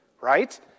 right